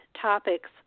topics